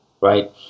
Right